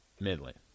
Midland